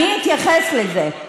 אני אתייחס לזה.